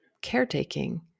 caretaking